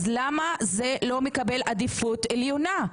אז למה זה לא מקבל עדיפות עליונה?